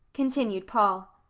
continued paul.